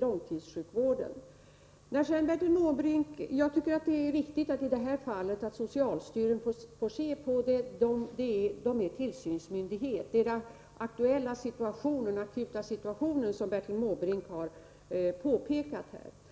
långtidssjukvården. Jag tycker det är viktigt att socialstyrelsen får kännedom om detta problem. Socialstyrelsen är ju tillsynsmyndighet och har till uppgift att ta itu med det akuta problem som Bertil Måbrink här har påtalat.